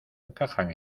encajan